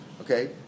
Okay